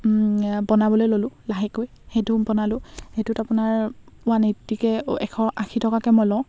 বনাবলৈ ল'লোঁ লাহেকৈ সেইটো বনালোঁ সেইটোত আপোনাৰ ওৱান এইট্টিকৈ এশ আশী টকাকৈ মই লওঁ